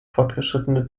fortgeschrittene